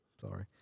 sorry